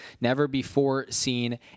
never-before-seen